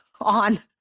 on